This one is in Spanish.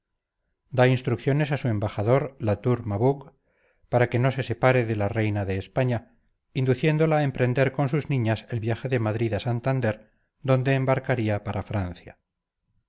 da instrucciones a su embajador la tour maubourg para que no se separe de la reina de españa induciéndola a emprender con sus niñas el viaje de madrid a santander donde embarcaría para francia